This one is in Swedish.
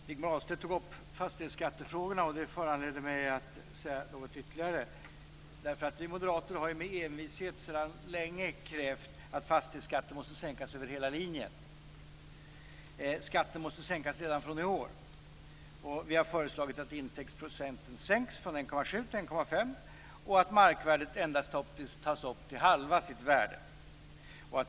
Herr talman! Rigmor Ahlstedt tog upp frågorna om fastighetsskatten. Det föranledde mig att säga några ytterligare ord. Vi moderater har sedan länge envist krävt att fastighetsskatterna måste sänkas över hela linjen. Skatten måste sänkas redan i år. Vi har föreslagit att intäktsprocenten sänks från 1,7 % till 1,5 % och att endast halva markvärdet räknas in.